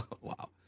Wow